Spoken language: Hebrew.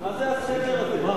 מה זה הסדר הזה?